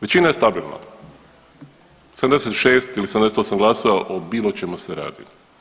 Većina je stabilna, 76 ili 78 glasova o bilo čemu se radi.